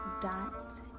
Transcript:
dot